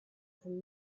from